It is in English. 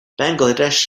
bangladesh